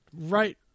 right